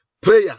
prayer